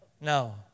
No